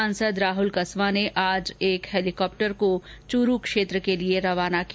सांसद राहल कस्वां ने आज एक हैलिकॉप्टर को चूरू क्षेत्र के लिए रवाना किया